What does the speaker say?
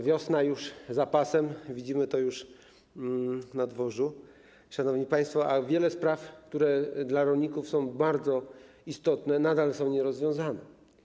Wiosna już za pasem, widzimy to już na dworze, szanowni państwo, a wiele spraw, które dla rolników są bardzo istotne, nadal pozostaje nierozwiązanych.